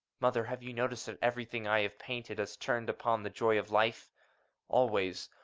mother, have you noticed that everything i have painted has turned upon the joy of life always,